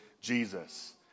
Jesus